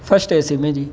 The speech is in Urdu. فسٹ اے سی میں جی